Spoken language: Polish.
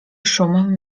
szum